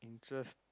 just